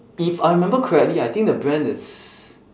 if I remember correctly I think the brand is